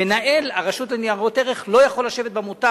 מנהל הרשות לניירות ערך לא יכול לשבת במותב.